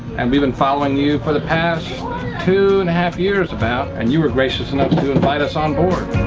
and we've been following you for the past two and a half years about. and you were gracious enough to invite us on board.